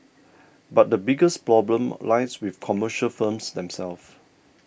but the biggest problem lies with commercial firms themselves